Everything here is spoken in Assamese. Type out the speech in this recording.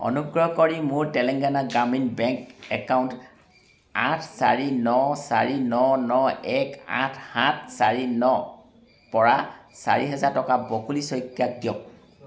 অনুগ্ৰহ কৰি মোৰ তেলেঙ্গানা গ্ৰামীণ বেংক একাউণ্ট আঠ চাৰি ন চাৰি ন ন এক আঠ সাত চাৰি ন পৰা চাৰি হাজাৰ টকা বকুলি শইকীয়াক দিয়ক